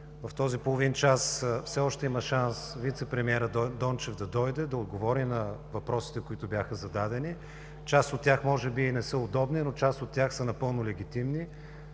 В този половин час все още има шанс вицепремиерът Дончев да дойде да отговори на въпросите, които бяха зададени. Част от тях може би не са удобни, но част от тях са напълно легитимни.